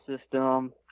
system